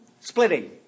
Splitting